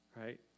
right